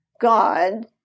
God